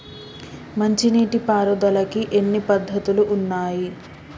మంచి నీటి పారుదలకి ఎన్ని పద్దతులు ఉన్నాయి?